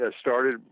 started